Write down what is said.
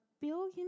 billion